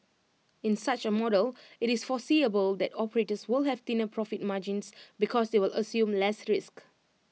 in such A model IT is foreseeable that operators will have thinner profit margins because they will assume less risk